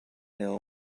ill